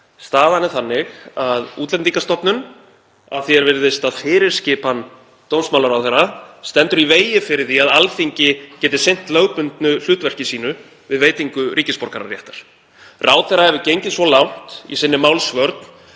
Staðan er þannig að Útlendingastofnun, að því er virðist að fyrirskipan dómsmálaráðherra, stendur í vegi fyrir því að Alþingi geti sinnt lögbundnu hlutverki sínu við veitingu ríkisborgararéttar. Ráðherra hefur gengið svo langt í sinni málsvörn